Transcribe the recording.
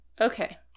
Okay